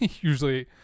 Usually